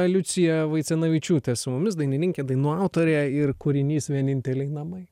liucija vaicenavičiūtė su mumis dainininkė dainų autorė ir kūrinys vieninteliai namai